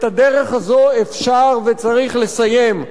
את הדרך הזו אפשר וצריך לסיים.